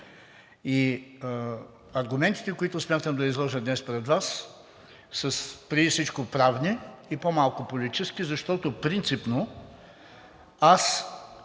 Аргументите, които смятам да изложа днес пред Вас, са преди всичко правни и по-малко политически, защото принципно аз